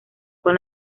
con